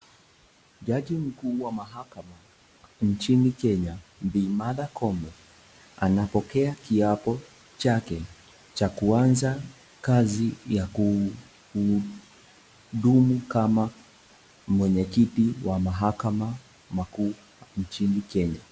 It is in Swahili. Jaji mkuu wa mahakama nchini Kenya Bi Martha Koome anapokea kiapo chake cha kuanza kazi ya kuduma kama mwenye kiti wa mahakama makuu nchini Kenya.